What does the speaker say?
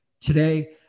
today